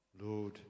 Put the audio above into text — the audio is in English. Lord